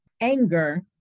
anger